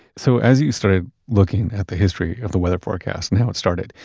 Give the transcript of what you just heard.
so as you started looking at the history of the weather forecast and how it started,